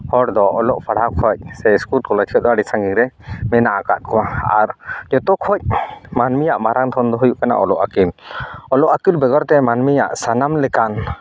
ᱦᱚᱲ ᱫᱚ ᱚᱞᱚᱜ ᱯᱟᱲᱦᱟᱣ ᱠᱷᱚᱡ ᱥᱮ ᱥᱠᱩᱞ ᱠᱚᱞᱮᱡᱽ ᱠᱷᱚᱡ ᱫᱚ ᱟᱹᱰᱤ ᱥᱟᱺᱜᱤᱧ ᱨᱮ ᱢᱮᱱᱟᱜ ᱟᱠᱟᱜ ᱠᱚᱣᱟ ᱟᱨ ᱡᱚᱛᱚ ᱠᱷᱚᱡ ᱢᱟᱹᱱᱢᱤᱭᱟᱜ ᱢᱟᱨᱟᱝ ᱫᱷᱚᱱ ᱫᱚ ᱦᱩᱭᱩᱜ ᱠᱟᱱᱟ ᱚᱞᱚᱜ ᱟᱹᱠᱤᱞ ᱚᱞᱚᱜ ᱟᱹᱠᱤᱞ ᱵᱮᱜᱚᱨᱛᱮ ᱢᱟᱹᱱᱢᱤᱭᱟᱜ ᱥᱟᱱᱟᱢ ᱞᱮᱠᱟᱱ